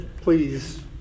please